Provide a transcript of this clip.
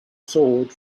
sword